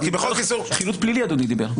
חילוט פלילי אדוני דיבר.